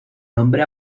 nombre